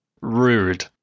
Rude